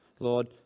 Lord